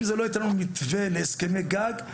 אם זה לא ייתן לנו מתווה להסכמי גג,